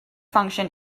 function